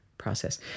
Process